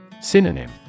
Synonym